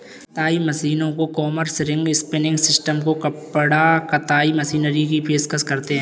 कताई मशीनों को कॉम्बर्स, रिंग स्पिनिंग सिस्टम को कपड़ा कताई मशीनरी की पेशकश करते हैं